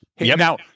Now